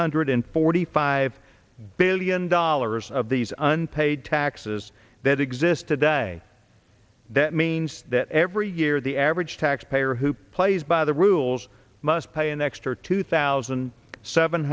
hundred forty five billion dollars of these unpaid taxes that exist today that means that every year the average taxpayer who plays by the rules must pay an extra two thousand seven